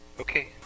Okay